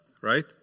right